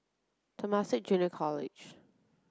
Temasek Junior College